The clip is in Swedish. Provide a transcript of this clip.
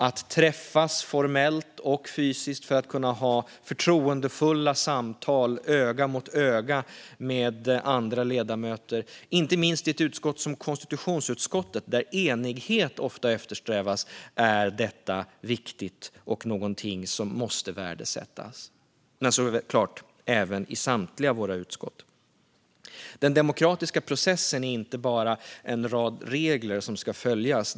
Att träffas formellt och fysiskt för att kunna ha förtroendefulla samtal öga mot öga med andra ledamöter, inte minst i ett utskott som konstitutionsutskottet där enighet ofta eftersträvas, är viktigt och något som måste värdesättas. Det gäller såklart samtliga utskott. Den demokratiska processen är inte bara en rad regler som ska följas.